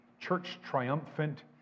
church-triumphant